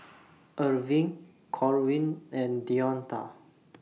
Erving Corwin and Deonta